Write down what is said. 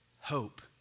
hope